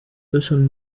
wilson